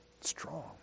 strong